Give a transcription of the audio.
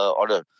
order